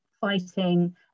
fighting